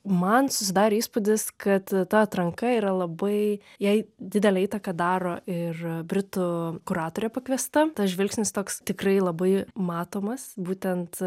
man susidarė įspūdis kad ta atranka yra labai jai didelę įtaką daro ir britų kuratorė pakviesta tas žvilgsnis toks tikrai labai matomas būtent